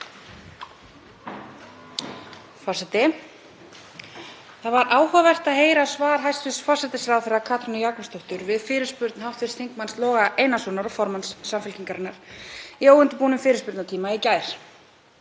Það var áhugavert að heyra svar hæstv. forsætisráðherra Katrínar Jakobsdóttur við fyrirspurn hv. þm. Loga Einarssonar, formanns Samfylkingarinnar, í óundirbúnum fyrirspurnatíma í gær.